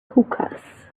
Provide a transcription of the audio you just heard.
hookahs